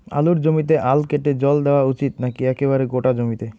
আলুর জমিতে আল কেটে জল দেওয়া উচিৎ নাকি একেবারে গোটা জমিতে?